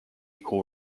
equal